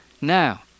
Now